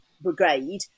brigade